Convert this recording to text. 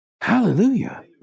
Hallelujah